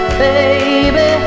baby